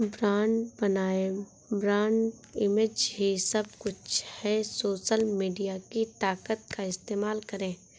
brand बनाएं, brand image ही सब कुछ है, सोशल मीडिया की ताकत का इस्तेमाल करें